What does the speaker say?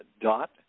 dot